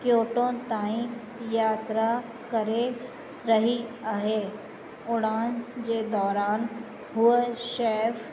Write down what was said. Kyoto ताईं यात्रा करे रही आहे उड़ान जे दौरान उहा शैफ